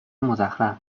مزخرف